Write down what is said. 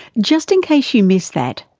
just in case you missed that,